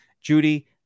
Judy